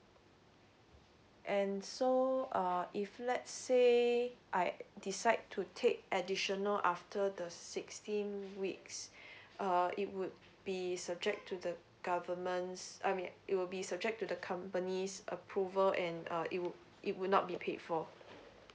and so uh if let's say I decide to take additional after the sixteen weeks uh it would be subject to the government's I mean it will be subject to the companies approval and uh it would it would not be paid for